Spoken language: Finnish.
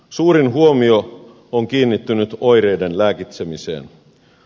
suurin huomio on kiinnittynyt oireiden lääkitsemiseen